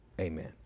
amen